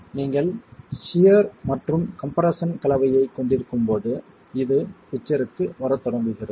எனவே நீங்கள் சியர் மற்றும் கம்ப்ரெஸ்ஸன் கலவையைக் கொண்டிருக்கும்போது இது பிச்சருக்கு வரத் தொடங்குகிறது